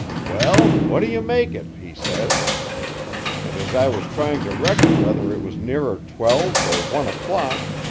well, what do you make it he says and as i was trying to reckon whether it was nearer twelve or one o'clock,